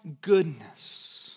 goodness